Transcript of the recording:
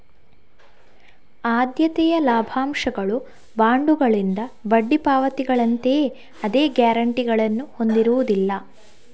ಆದ್ಯತೆಯ ಲಾಭಾಂಶಗಳು ಬಾಂಡುಗಳಿಂದ ಬಡ್ಡಿ ಪಾವತಿಗಳಂತೆಯೇ ಅದೇ ಗ್ಯಾರಂಟಿಗಳನ್ನು ಹೊಂದಿರುವುದಿಲ್ಲ